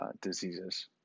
diseases